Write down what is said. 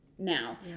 now